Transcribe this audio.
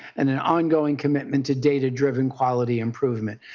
and an ongoing commitment to data driven quality improvement.